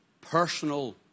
personal